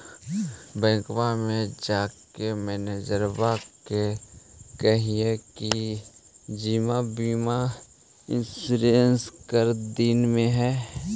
बैंकवा मे जाके मैनेजरवा के कहलिऐ कि जिवनबिमा इंश्योरेंस कर दिन ने?